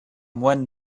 moine